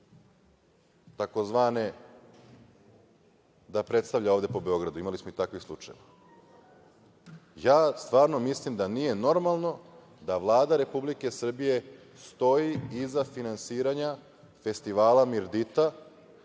tzv. da predstavlja ovde po Beogradu, imali smo i takvih slučajeva? Stvarno mislim da nije normalno da Vlada Republike Srbije stoji iza finansiranja Festivala „Mirdita“,